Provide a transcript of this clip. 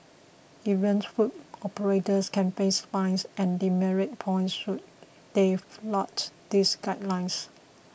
errant food operators can face fines and demerit points should they flout these guidelines